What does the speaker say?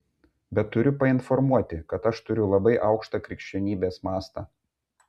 bet turiu painformuoti kad aš turiu labai aukštą krikščionybės mastą